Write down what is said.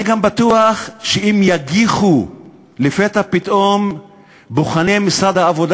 אני גם בטוח שאם יגיחו לפתע פתאום בוחני משרד העבודה